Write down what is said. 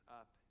up